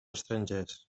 estrangers